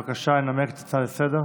בבקשה, לנמק את ההצעה לסדר-היום.